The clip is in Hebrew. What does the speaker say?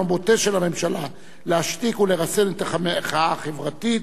הבוטה של הממשלה להשתיק ולרסן את המחאה החברתית.